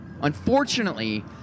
unfortunately